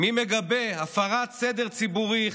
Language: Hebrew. מי מגבה הפרת סדר ציבורי,